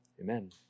amen